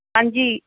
ਹਾਂਜੀ